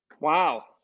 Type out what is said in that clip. Wow